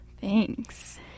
Thanks